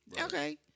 okay